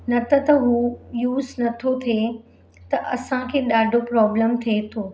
न त त हू यूज़ नथो थिए त असांखे ॾाढो प्रॉब्लम थिए थो